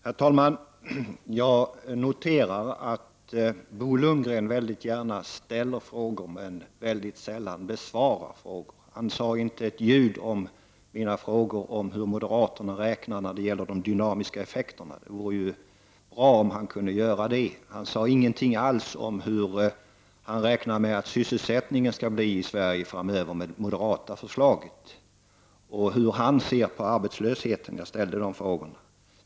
Herr talman! Jag noterar att Bo Lundgren väldigt gärna ställer frågor men mycket sällan besvarar några. Han sade inte ett ord om mina frågor om hur moderaterna räknar de dynamiska effekterna. Det vore bra om han kunde säga någonting om det. Han sade inte heller någonting om hur det skulle bli med sysselsättningen i Sverige framöver om de moderata förslagen genomförs, och han sade ingenting om hur han ser på arbetslösheten.